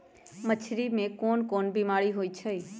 मछरी मे कोन कोन बीमारी होई छई